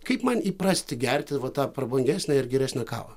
kaip man įprasti gerti va tą prabangesnę ir geresnę kavą